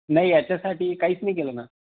नाही याच्यासाठी काहीच नाही केलं ना